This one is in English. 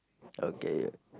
okay